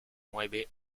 mueve